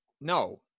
No